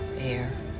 air,